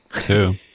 Two